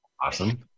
Awesome